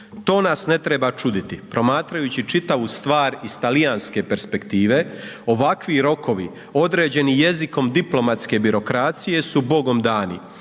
To nas ne treba čuditi promatrajući čitavu stvar iz talijanske perspektive. Ovakvi rokovi određeni jezikom diplomatske birokracije su Bogom dani.